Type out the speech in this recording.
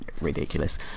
ridiculous